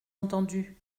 entendue